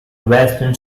western